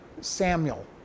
Samuel